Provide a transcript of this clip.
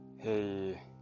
Hey